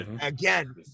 Again